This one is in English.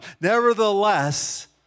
Nevertheless